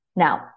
Now